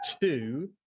two